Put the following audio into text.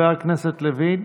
בבקשה.